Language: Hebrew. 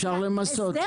אפשר למסות,